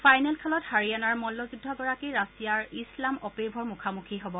final খেলত হাৰিয়ানাৰ মল্লযোদ্ধাগৰাকী ৰাছিয়াৰ ইছলাম অপেইভৰ মুখামুখি হ'ব